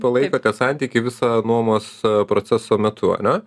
palaikote santykį visą nuomos proceso metu ane